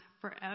forever